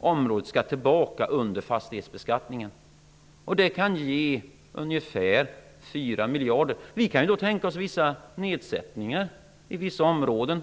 område skall tillbaka under fastighetsbeskattningen. Det kan ge ungefär 4 miljarder. Vi kan tänka oss nedsättningar på vissa områden.